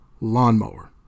lawnmower